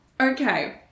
okay